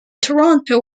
toronto